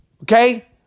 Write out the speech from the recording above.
Okay